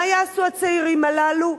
מה יעשו הצעירים הללו,